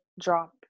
drop